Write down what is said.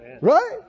Right